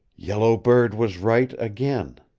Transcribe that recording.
yellow bird was right again.